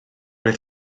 oedd